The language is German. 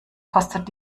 kostet